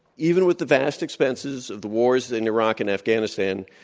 even with the vast expenses of the wars in iraq and afghanistan,